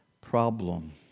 problem